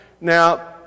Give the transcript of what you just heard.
Now